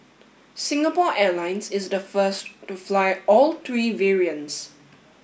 Singapore Airlines is the first to fly all three variants